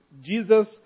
Jesus